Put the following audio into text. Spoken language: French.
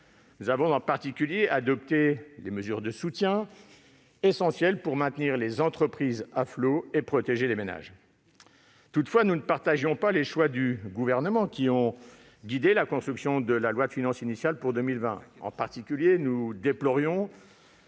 Nous avons en particulier adopté les mesures de soutien, essentielles pour maintenir les entreprises à flot et protéger les ménages. Toutefois, nous ne partagions pas les choix du Gouvernement qui ont guidé la construction de la loi de finances initiale pour 2020. En particulier, nous déplorions